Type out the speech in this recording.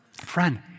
friend